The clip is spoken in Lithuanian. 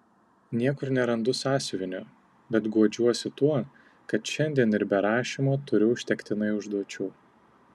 niekur nerandu sąsiuvinio bet guodžiuosi tuo kad šiandien ir be rašymo turiu užtektinai užduočių